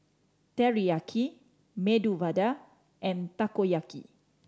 Teriyaki Medu Vada and Takoyaki